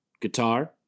guitar